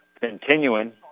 continuing